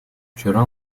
вчера